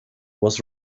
was